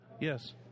yes